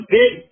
big